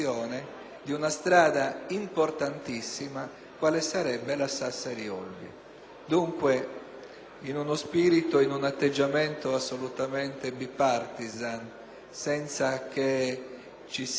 in uno spirito e con un atteggiamento assolutamente *bipartisan*, senza che ci si accapigli per sventolare più in alto degli altri le bandierine,